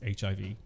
HIV